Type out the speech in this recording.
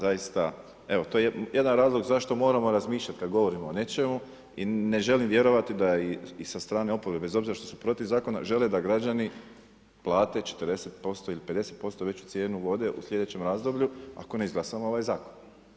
Zaista, evo to je jedan razlog zašto moramo razmišljati kada govorimo o nečemu i ne želim vjerovati da i sa strane oporbe bez obzira što su protiv zakona žele da građani plate 40% ili 50% veću cijenu vode u sljedećem razdoblju, ako ne izglasamo ovaj zakon.